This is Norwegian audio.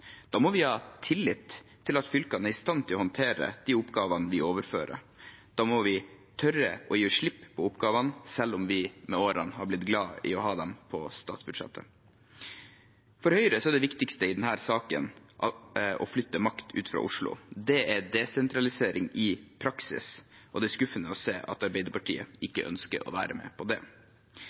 Da må vi ha tillit til at fylkene er i stand til å håndtere de oppgavene vi overfører. Da må vi tørre å gi slipp på oppgavene selv om vi med årene har blitt glad i å ha dem på statsbudsjettet. For Høyre er det viktigste i denne saken å flytte makt ut av Oslo. Det er desentralisering i praksis, og det er skuffende å se at Arbeiderpartiet ikke ønsker å være med på det.